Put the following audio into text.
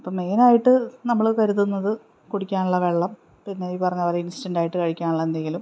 ഇപ്പോള് മെയിനായിട്ട് നമ്മള് കരുതുന്നത് കുടിക്കാനുള്ള വെള്ളം പിന്നെ ഈ പറഞ്ഞതുപോലെ ഇൻസ്റ്റൻറ്റായിട്ട് കഴിക്കാനുള്ള എന്തെങ്കിലും